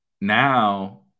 now